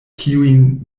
kiujn